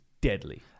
deadly